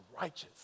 righteous